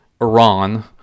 Iran